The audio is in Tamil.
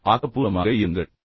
ஆக்கப்பூர்வமாக இருங்கள்